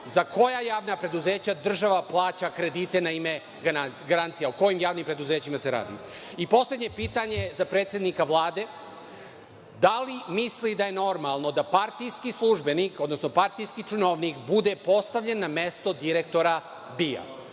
za koja javna preduzeća država plaća kredite na ime garancija, o kojim javnim preduzećima se radi? **Saša Radulović** Poslednje pitanje za predsednika Vlade – da li misli da je normalno da partijski službenik, odnosno partijski činovnik bude postavljen na mesto direktora BIA?